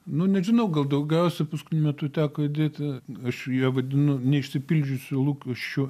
nu nežinau gal daugiausia paskutiniu metu teko įdėti aš ją vadinu neišsipildžiusių lūkesčių